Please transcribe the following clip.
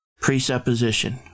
presupposition